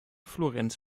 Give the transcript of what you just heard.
florenz